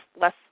less